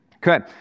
Good